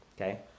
okay